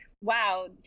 wow